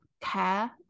care